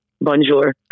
bonjour